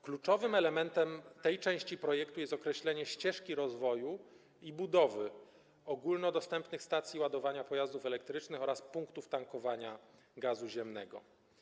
Kluczowym elementem tej części projektu jest określenie ścieżki rozwoju i budowy ogólnodostępnych stacji ładowania pojazdów elektrycznych oraz punktów tankowania gazu ziemnego.